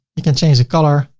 we can change the color